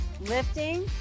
Lifting